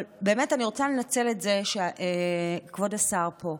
אבל אני רוצה לנצל את זה שכבוד השר פה,